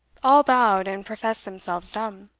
all bowed and professed themselves dumb.